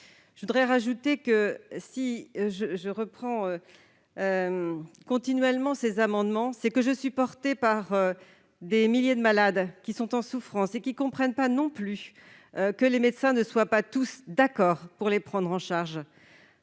expansion. Si je dépose continuellement ces amendements, c'est que je suis portée par des milliers de malades en souffrance, qui ne comprennent pas non plus que les médecins ne soient pas tous d'accord pour les prendre en charge.